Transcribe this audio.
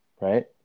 right